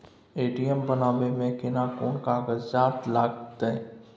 ATM बनाबै मे केना कोन कागजात लागतै?